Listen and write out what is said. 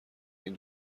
این